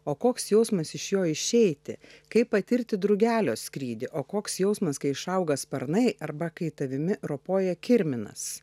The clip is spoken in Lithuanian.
o koks jausmas iš jo išeiti kaip patirti drugelio skrydį o koks jausmas kai išauga sparnai arba kai tavimi ropoja kirminas